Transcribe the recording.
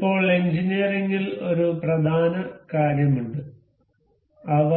ഇപ്പോൾ എഞ്ചിനീയറിംഗിൽ ഒരു പ്രധാന കാര്യം ഉണ്ട് അവ